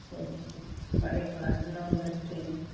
जैसे कि बड़े क्लास नौ दस के